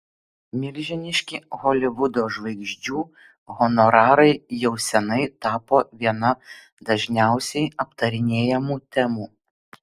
milžiniški holivudo žvaigždžių honorarai jau seniai tapo viena dažniausiai aptarinėjamų temų